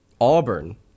Auburn